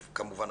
כמובן,